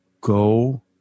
go